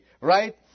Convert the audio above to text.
right